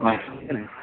হয়